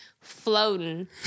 floating